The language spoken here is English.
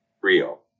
real